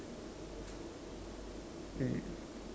mm